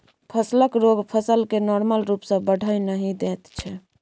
फसलक रोग फसल केँ नार्मल रुप सँ बढ़य नहि दैत छै